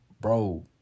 bro